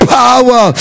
power